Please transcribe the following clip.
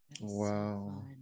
Wow